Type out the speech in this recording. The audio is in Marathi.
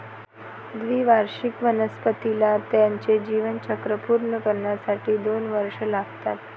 द्विवार्षिक वनस्पतीला त्याचे जीवनचक्र पूर्ण करण्यासाठी दोन वर्षे लागतात